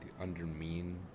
undermine